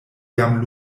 jam